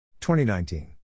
2019